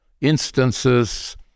instances